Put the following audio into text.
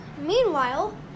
Meanwhile